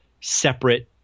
separate